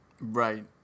Right